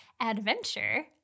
adventure